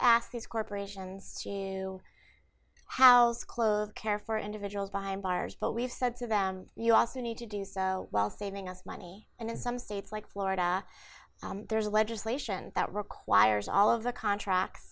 these corporations house close care for individuals behind bars but we've said to them you also need to do so while saving us money and in some states like florida there's legislation that requires all of the contract